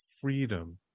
freedom